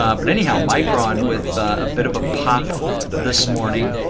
ah but anyhow, micron with a bit of a pop this morning.